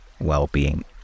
well-being